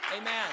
Amen